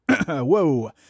Whoa